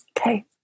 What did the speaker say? Okay